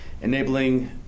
enabling